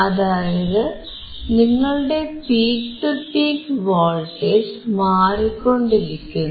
അതായത് നിങ്ങളുടെ peak to peak voltage മാറിക്കൊണ്ടിരിക്കുന്നു